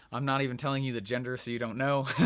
i'm not even telling you the gender so you don't know,